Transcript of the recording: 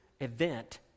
event